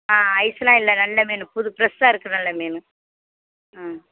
ஆ ஐஸ்செலாம் இல்லை நல்ல மீன் புது ஃபிரெஸாக இருக்குது நல்ல மீன் ஆ